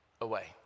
away